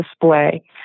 display